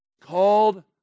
called